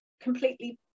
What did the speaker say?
completely